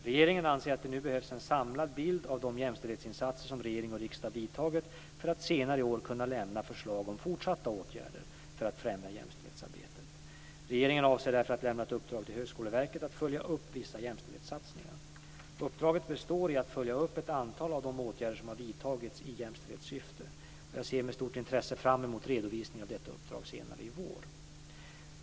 Regeringen anser att det nu behövs en samlad bild av de jämställdhetsinsatser som regering och riksdag vidtagit för att senare i år kunna lämna förslag om fortsatta åtgärder för att främja jämställdhetsarbetet. Regeringen avser därför att lämna ett uppdrag till Högskoleverket att följa upp vissa jämställdhetssatsningar. Uppdraget består i att följa upp ett antal åtgärder som har vidtagits i jämställdhetssyfte. Jag ser med stort intresse fram emot redovisningen av detta uppdrag senare i vår.